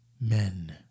Men